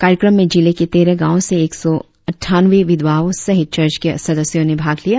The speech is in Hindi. कार्यक्रम में जिले के तेरह गावों से एक सौ अठानवे विधवाओ सहित चर्च के सदस्यो ने भाग लिया